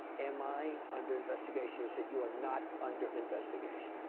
am i under investigation? he said you are not under investigation.